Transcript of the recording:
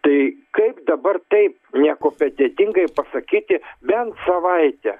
tai kaip dabar taip nekopetentingai pasakyti bent savaitę